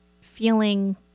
feeling